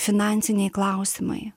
finansiniai klausimai